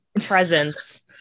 presence